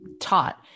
taught